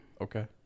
Okay